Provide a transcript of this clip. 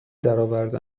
درآورده